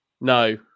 No